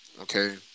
Okay